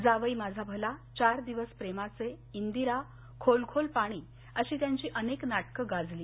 जावई माझा भला चार दिवस प्रेमाचे इंदिरा खोल खोल पाणी अशी त्यांची अनेक नाटकं गाजली